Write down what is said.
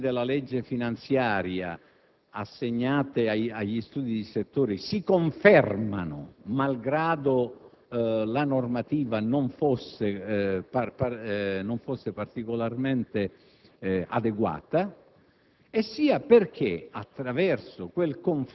tant'è che le previsioni della legge finanziaria assegnate agli studi di settore vengono confermate, malgrado la normativa non fosse particolarmente adeguata.